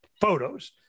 photos